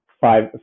five